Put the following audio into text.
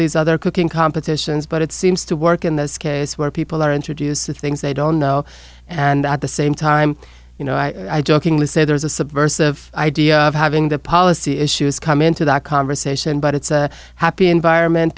these other cooking competitions but it seems to work in this case where people are introduced to things they don't know and at the same time you know i jokingly say there's a subversive idea of having the policy issues come into that conversation but it's a happy environment